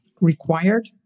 required